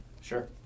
Sure